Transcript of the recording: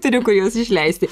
turiu kur juos išleisti